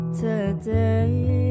today